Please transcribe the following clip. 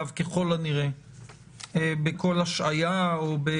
בסעיף 2 לחוק העיקרי (1)בסעיף קטן (ו),